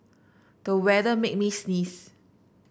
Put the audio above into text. the weather made me sneeze